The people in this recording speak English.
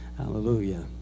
Hallelujah